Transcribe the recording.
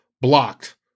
blocked